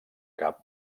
cap